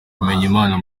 bimenyimana